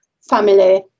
family